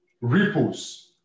Ripples